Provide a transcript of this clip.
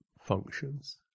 functions